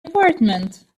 apartment